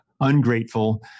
ungrateful